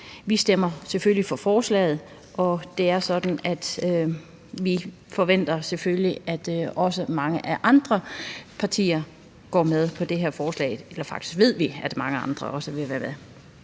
Vi stemmer selvfølgelig for forslaget, og det er sådan, at vi selvfølgelig forventer, at der også er mange andre partier, der går med på det her forslag. Faktisk ved vi, at mange andre også vil være med.